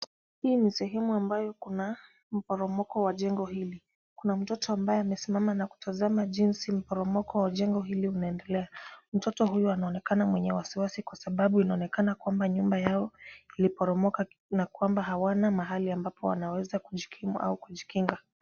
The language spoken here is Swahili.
Hii ni sehemu ambayo Kuna mporomoko wa jengo hili. Kuna mtoto ambaye amesimama na kutazama jinsi mporomoko wa jengo hili unaendelea . Mtoto huyu anaonekana mwenye wasiwasi kwasababu inaonekana kwamba nyumba yao iliporomoka na kwamba hawana mahali ambapo wanaweza kujikimu au kujikinga.